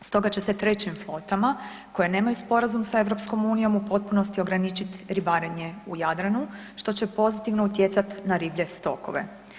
Stoga će se trećim flotama koje nemaju sporazum sa EU u potpunosti ograničiti ribarenje u Jadranu što će pozitivno utjecat na riblje stokove.